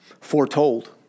foretold